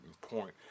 point